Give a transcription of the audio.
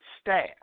Staff